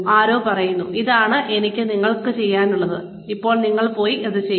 ആരോ പറയുന്നു ഇതാണ് എനിക്ക് നിങ്ങൾ ചെയ്യേണ്ടത് ഇപ്പോൾ നിങ്ങൾ പോയി അത് ചെയ്യൂ